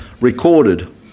recorded